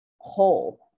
whole